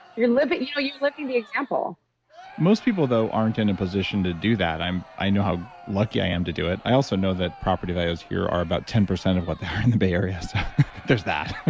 you're living you know you're living the example most people though aren't and in a position to do that. i know how lucky i am to do it. i also know that property values here are about ten percent of what they are in the bay area so there's that,